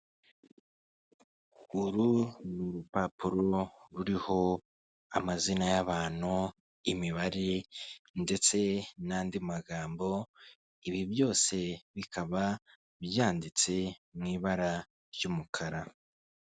Uru ni urupapuro ruriho amazina y'abantu, imibare ndetse n'andi magambo, ibi byose bikaba byanditse mu ibara ry'umukara.